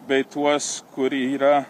bei tuos kurie yra